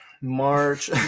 March